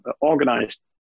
organized